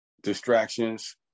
Distractions